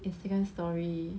Instagram story